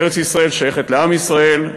ארץ-ישראל שייכת לעם ישראל,